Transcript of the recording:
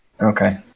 Okay